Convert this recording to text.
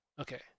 okay